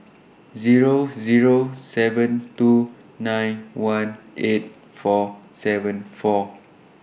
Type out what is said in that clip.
Zero Zero seven two nine one eight four seven four